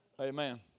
Amen